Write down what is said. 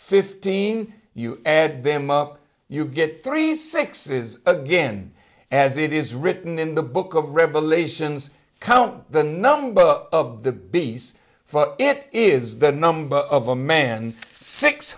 fifteen you add them up you get three sixes again as it is written in the book of revelations count the number of the beast for it is the number of a man six